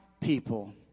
people